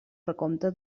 recompte